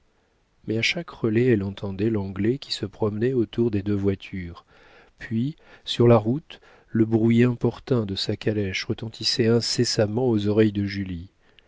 mais à chaque relais elle entendait l'anglais qui se promenait autour des deux voitures puis sur la route le bruit importun de sa calèche retentissait incessamment aux oreilles de julie